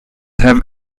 have